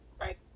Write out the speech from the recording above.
Right